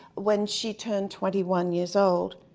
when she turned twenty one years old.